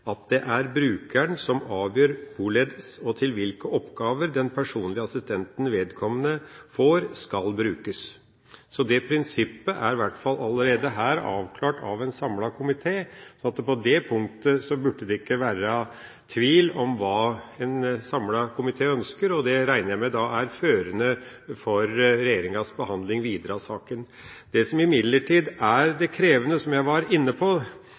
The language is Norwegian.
at det er brukaren som avgjer korleis og til kva oppgåver den personlege assistansen vedkomande får skal brukast.» Det prinsippet er i hvert fall allerede her avklart, så på det punktet burde det ikke være tvil om hva en samlet komité ønsker, og jeg regner med at det er førende for regjeringas videre behandling av saken. Det som imidlertid er det krevende her, og som jeg var inne på,